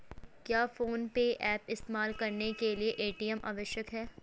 क्या PhonePe app इस्तेमाल करने के लिए ए.टी.एम आवश्यक है?